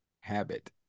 habit